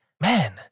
man